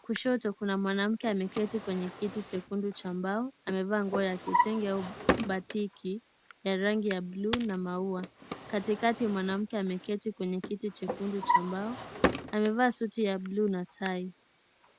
Kushoto kuna mwanamke ameketi kwenye kiti jekundu cha mbao amevaa nguo ya kitenge au batiki ya rangi ya bluu na Maja. Katikati mwanamke ameketi kwenye kiti cha mbao, amevaa suti ya bluu na tai.